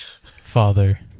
Father